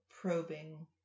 probing